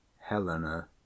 Helena